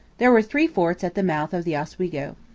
there were three forts at the mouth of the oswego.